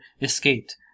escaped